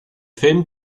film